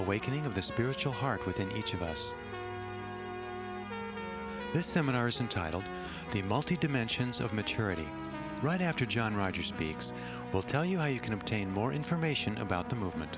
awakening of the spiritual heart within each of us this seminars entitled the multi dimensions of maturity right after john rogers speaks we'll tell you how you can obtain more information about the movement